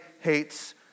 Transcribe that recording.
hates